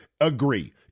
agree